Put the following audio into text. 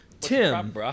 Tim